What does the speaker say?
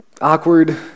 awkward